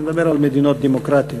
אני מדבר על מדינות דמוקרטיות.